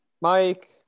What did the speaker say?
Mike